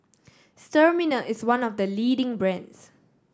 Sterimar is one of the leading brands